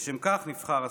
לשם כך נבחר השר.